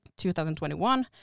2021